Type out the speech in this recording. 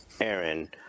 aaron